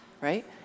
right